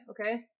okay